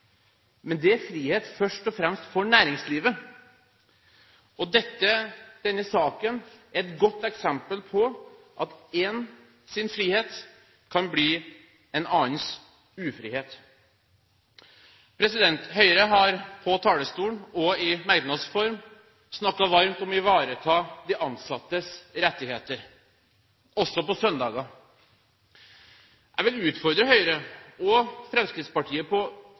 først og fremst for næringslivet. Denne saken er et godt eksempel på at én persons frihet kan bli en annens ufrihet. Høyre har – fra talerstolen og i merknads form – snakket varmt om å ivareta de ansattes rettigheter, også på søndager. Jeg vil utfordre Høyre og Fremskrittspartiet: